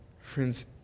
Friends